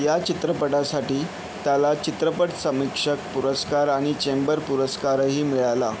या चित्रपटासाठी त्याला चित्रपट समीक्षक पुरस्कार आणि चेंबर पुरस्कारही मिळाला